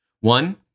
One